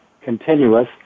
continuous